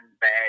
bad